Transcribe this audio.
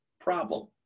Problem